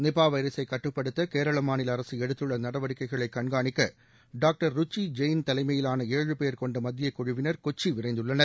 Nipah வைரஸை கட்டுப்படுத்த கேரள மாநில அரசு எடுத்துள்ள நடவடிக்கைகளை கண்காணிக்க டாக்டர் ருச்சி ஜெயின் தலைமையிலான ஏழு பேர் கொண்ட மத்திய குழுவினர் கொச்சி விரைந்துள்ளனர்